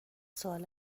سوال